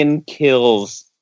kills